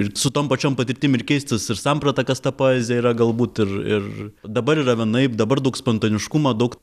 ir su tom pačiom patirtim ir keistis ir samprata kas ta poezija yra galbūt ir ir dabar yra vienaip dabar daug spontaniškumo daug